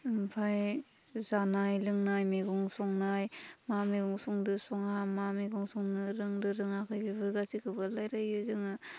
ओमफाय जानाय लोंनाय मैगं संनाय मा मेगं संदों सङा मा मैगं संनो रोंदों रोङाखै बेफोर गासिखौबो रायलायो जोङो